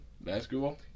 Basketball